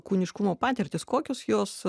kūniškumo patirtis kokios jos